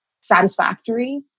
satisfactory